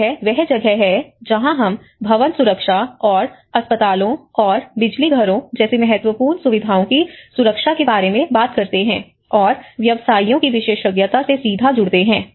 यह वह जगह है जहाँ हम भवन सुरक्षा और अस्पतालों और बिजलीघरों जैसी महत्वपूर्ण सुविधाओं की सुरक्षा के बारे में बात करते हैं और व्यवसायिओं की विशेषज्ञता से सीधे जुड़ते हैं